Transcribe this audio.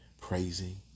praising